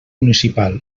municipal